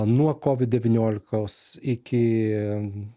nuo kovid devyniolikos iki